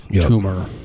tumor